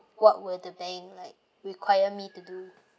what will the bank like require me to do